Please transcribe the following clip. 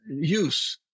use